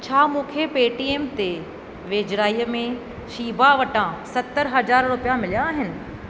छा मूंखे पेटीएम ते वेझिराईअ में शीबा वटां सतरि हज़ार रुपिया मिलिया आहिनि